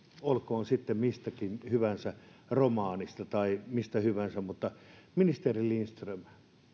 olkoon sitten mistä hyvänsä romaanista tai mistä hyvänsä ministeri lindström